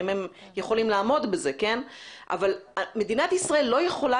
אם הם יכולים לעמוד בזה כי מדינת ישראל לא יכולה